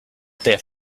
their